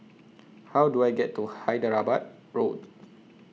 How Do I get to Hyderabad Road